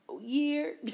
year